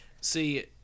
see